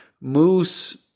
Moose